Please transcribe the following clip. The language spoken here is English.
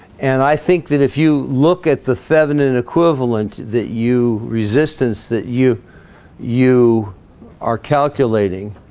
and i think that if you look at the thevenin equivalent that you resistance that you you are calculating